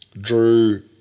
Drew